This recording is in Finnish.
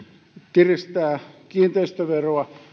kiristää kiinteistöveroa